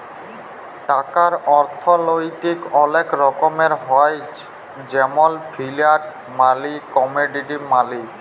টাকার অথ্থলৈতিক অলেক রকমের হ্যয় যেমল ফিয়াট মালি, কমোডিটি মালি